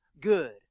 good